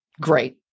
great